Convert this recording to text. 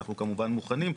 אנחנו כמובן מוכנים,